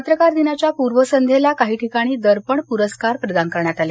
पत्रकार दिनाच्या पूर्वसंध्येला काही ठिकाणी दर्पण प्रस्कार प्रदान करण्यात आले